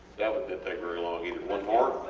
that one didnt take very long either. one more.